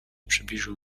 przybliżył